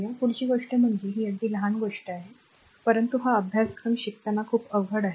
तर पुढची गोष्ट म्हणजे ही अगदी लहान गोष्ट आहे परंतु हा अभ्यासक्रम शिकताना खूप अवघड आहे